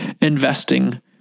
investing